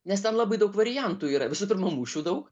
nes ten labai daug variantų yra visų pirma mūšių daug